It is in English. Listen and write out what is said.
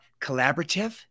collaborative